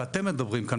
ואתם מדברים כאן,